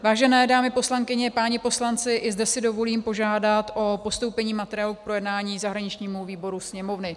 Vážené dámy poslankyně, páni poslanci, i zde si dovolím požádat o postoupení materiálu k projednání zahraničnímu výboru Sněmovny.